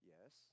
Yes